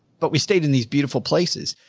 but we stayed in these beautiful places.